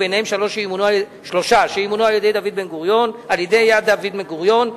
וביניהם שלושה שימונו על-ידי "יד דוד בן-גוריון",